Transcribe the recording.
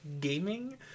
gaming